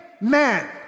man